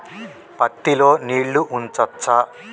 పత్తి లో నీళ్లు ఉంచచ్చా?